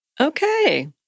Okay